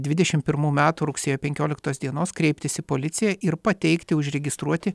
dvidešim pirmų metų rugsėjo penkioliktos dienos kreiptis į policiją ir pateikti užregistruoti